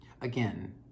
Again